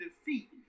defeat